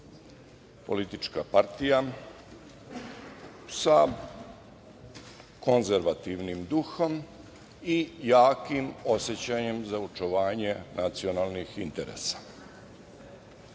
politička partija sa konzervativnim duhom i jakim osećajem za očuvanje nacionalnih interesa. Ranije